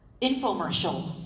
infomercial